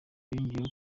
yongeyeho